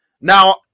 Now